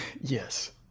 Yes